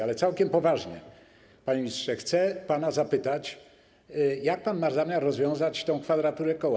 Ale całkiem poważnie, panie ministrze, chcę pana zapytać, jak pan ma zamiar rozwiązać tę kwadraturę koła.